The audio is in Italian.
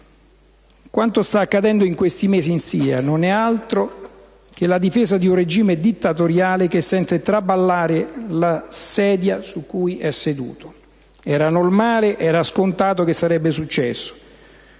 Quanto sta accadendo in questi mesi in Siria non è altro che la difesa di un regime dittatoriale che sente traballare la sedia su cui è seduto. Era normale, era scontato che sarebbe successo,